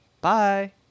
Bye